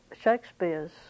Shakespeare's